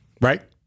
Right